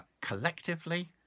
collectively